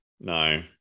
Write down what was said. No